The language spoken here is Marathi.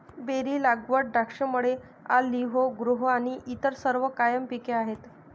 बेरी लागवड, द्राक्षमळे, ऑलिव्ह ग्रोव्ह आणि इतर सर्व कायम पिके आहेत